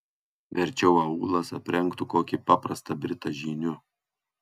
verčiau aulas aprengtų kokį paprastą britą žyniu